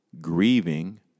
Grieving